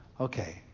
Okay